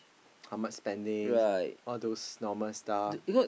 how much spending all those normal stuff